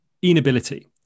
Inability